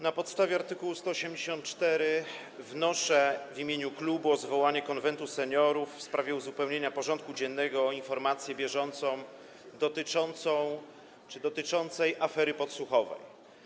Na podstawie art. 184 wnoszę w imieniu klubu o zwołanie Konwentu Seniorów w sprawie uzupełnienia porządku dziennego o informację bieżącą dotyczącą afery podsłuchowej.